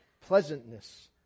pleasantness